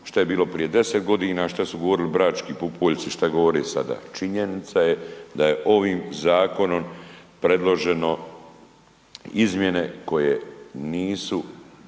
šta je bilo prije 10.g., šta su govorili Brački pupoljci, šta govore sada. Činjenica je da je ovim zakonom predloženo izmjene koje nisu